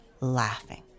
laughing